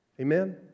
Amen